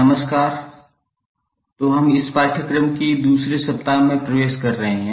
नमस्कार तो हम इस पाठ्यक्रम के दूसरे सप्ताह में प्रवेश कर रहे हैं